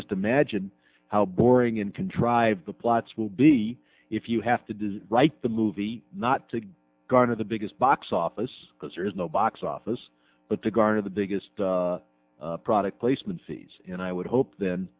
just imagine how boring and contrived the plots will be if you have to do is write the movie not to garner the biggest box office because there is no box office but to garner the biggest product placement and i would hope th